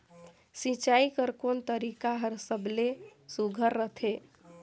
सिंचाई कर कोन तरीका हर सबले सुघ्घर रथे?